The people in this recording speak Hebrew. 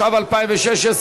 התשע"ו 2016,